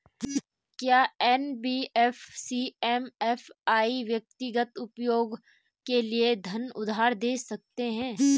क्या NBFC MFI व्यक्तिगत उपयोग के लिए धन उधार दें सकते हैं?